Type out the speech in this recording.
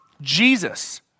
Jesus